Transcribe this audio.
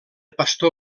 pastor